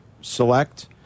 select